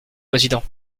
président